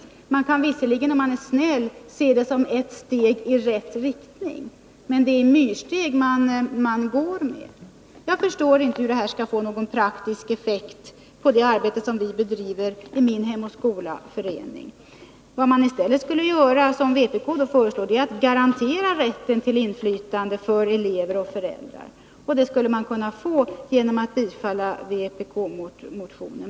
Visserligen kan man, om man vill vara snäll, se det som ett steg i rätt riktning, men det är myrsteg som tas här. Jag förstår inte hur detta skall få någon praktisk effekt på det arbete som vi bedriver i min Hem och skola-förening. Vad man i stället skulle göra är att som vpk föreslår garantera rätten till inflytande för elever och föräldrar. Det kan man göra genom att bifalla vpk-motionen.